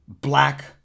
Black